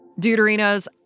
Deuterinos